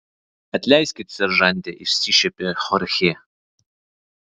atleiskit seržante išsišiepė chorchė